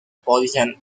position